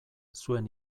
zuen